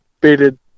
baited